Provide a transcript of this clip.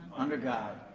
under god,